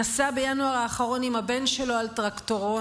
נסע בינואר האחרון עם הבן שלו על טרקטורון.